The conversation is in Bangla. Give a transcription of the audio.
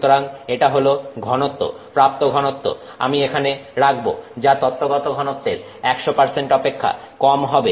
সুতরাং এটা হল ঘনত্ব প্রাপ্ত ঘনত্ব আমি এখানে রাখবো যা তত্ত্বগত ঘনত্বের 100 অপেক্ষা কম হবে